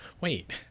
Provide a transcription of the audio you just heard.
wait